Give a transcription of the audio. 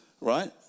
Right